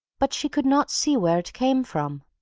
but she could not see where it came from.